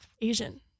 Asian